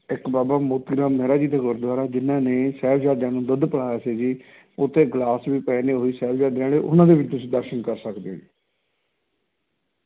ਇੱਕ ਬਾਬਾ ਮੋਤੀ ਰਾਮ ਮਹਿਰਾ ਜੀ ਦਾ ਗੁਰਦੁਆਰਾ ਜਿਹਨਾਂ ਨੇ ਸਾਹਿਬਜ਼ਾਦਿਆਂ ਨੂੰ ਦੁੱਧ ਪਿਲਾਇਆ ਸੀ ਜੀ ਉੱਥੇ ਗਲਾਸ ਵੀ ਪਏ ਨੇ ਉਹੀ ਸਾਹਿਬਜ਼ਾਦਿਆਂ ਵਾਲੇ ਉਹਨਾਂ ਦੇ ਵੀ ਤੁਸੀਂ ਦਰਸ਼ਨ ਕਰ ਸਕਦੇ ਹੋ ਜੀ